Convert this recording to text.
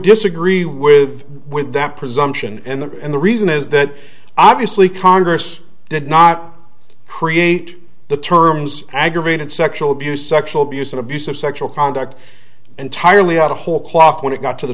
disagree with with that presumption and the and the reason is that obviously congress did not create the terms aggravated sexual abuse sexual abuse and abuse of sexual conduct entirely out of whole cloth when it got to the